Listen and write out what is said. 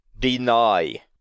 deny